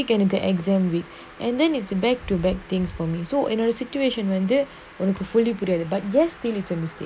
and the whole week is an exam week and then it's back to back things for me so another situation when they wanted to fully protected but just stay little mistake